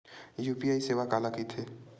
UPI सेवा काला कइथे?